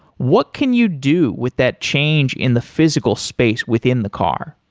what can you do with that change in the physical space within the car?